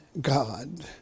God